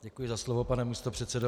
Děkuji za slovo, pane místopředsedo.